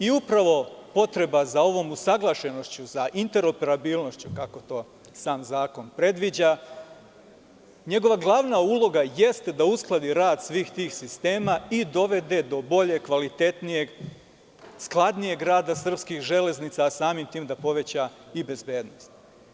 Upravo potreba za ovom usaglašenošću za interoperabilnošću, kako to sam zakon predviđa, njegova glavna uloga jeste da uskladi rad svih tih sistema i dovede do boljeg, kvalitetnijeg i skladnijeg rada srpskih železnica, a samim tim da poveća i bezbednost.